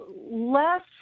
less